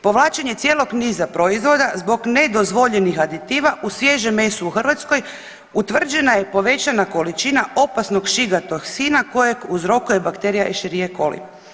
Povlačenje cijelog niza proizvoda zbog nedozvoljenih aditiva u svježem mesu u Hrvatskoj utvrđena je povećana količina opasnog shiga toksina kojeg uzrokuje bakterija escherichia coli.